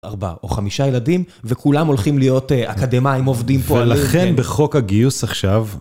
ארבעה או חמישה ילדים וכולם הולכים להיות אקדמיים עובדים פה. ולכן בחוק הגיוס עכשיו...